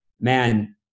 man